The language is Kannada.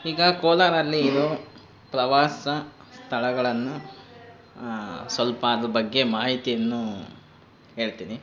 ಈಗ ಕೋಲಾರಲ್ಲಿ ಇರೋ ಪ್ರವಾಸ ಸ್ಥಳಗಳನ್ನು ಸ್ವಲ್ಪ ಅದರ ಬಗ್ಗೆ ಮಾಹಿತಿಯನ್ನು ಹೇಳ್ತಿನಿ